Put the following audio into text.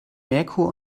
merkur